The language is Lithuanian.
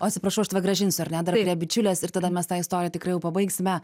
oi atsiprašau aš tave grąžinsiu ar ne dar prie bičiulės ir tada mes tą istoriją tikrai jau pabaigsime